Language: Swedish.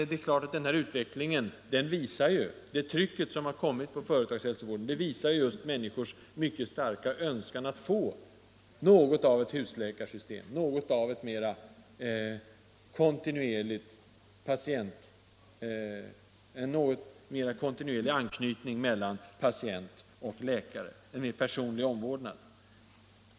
Det tryck som företagshälsovården 7” utsätts för i dessa avseenden visar människors mycket starka önskan att få till stånd något av ett husläkarsystem, en mer kontinuerlig anknytning mellan patient och läkare, en mer personlig omvårdnad.